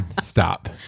stop